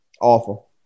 Awful